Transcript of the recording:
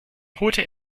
holte